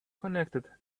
connected